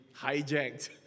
hijacked